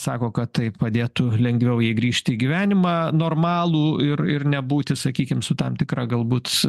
sako kad tai padėtų lengviau jai grįžti į gyvenimą normalų ir ir nebūti sakykim su tam tikra galbūt